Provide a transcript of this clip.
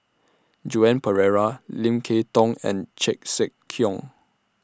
Joan Pereira Lim Kay Tong and Chan Sek Keong